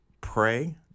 pray